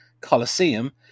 Colosseum